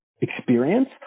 experience